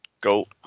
go